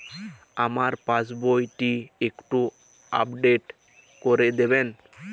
আমার পাসবই টি একটু আপডেট করে দেবেন?